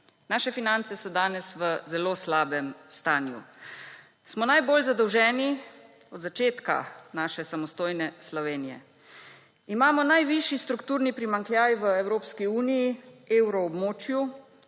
Naše finance so danes v zelo slabem stanju. Smo najbolj zadolženi od začetka naše samostojne Slovenije. Imamo najvišji strukturni primanjkljaj v Evropski uniji, evroobmočju,